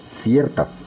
cierta